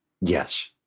Yes